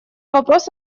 вопрос